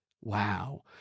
Wow